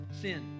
sin